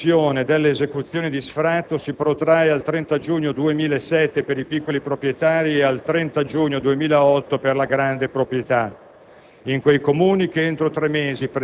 La durata della sospensione delle esecuzioni di sfratto si protrae al 30 giugno 2007 per i piccoli proprietari e al 30 giugno 2008 per la grande proprietà,